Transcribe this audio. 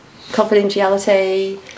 Confidentiality